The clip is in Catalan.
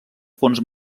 fons